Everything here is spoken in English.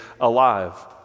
alive